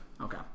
Okay